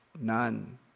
None